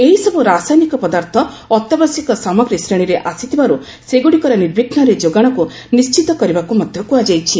ଏହିସବୁ ରାସାୟନିକ ପଦାର୍ଥ ଅତ୍ୟାବଶ୍ୟକ ସାମଗ୍ରୀ ଶ୍ରେଣୀରେ ଆସିଥିବାରୁ ସେଗୁଡ଼ିକର ନିର୍ବିଘୁରେ ଯୋଗାଶକୁ ନିଶିତ କରିବାକୁ ମଧ୍ୟ କୁହାଯାଇଛି